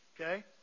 Okay